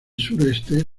sureste